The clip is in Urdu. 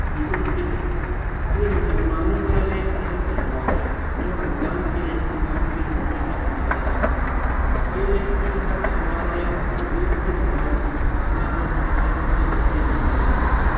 عید الفطر یہ مسلمانوں کا ایک اہم تہوار ہے جو رمضان کے اختتام کے موقعے پر منایا جاتا ہے یہ ایک خوشی کا تہوار ہے جو عید کی نماز کھانا اور تحائف کے ذریعے منایا جاتا ہے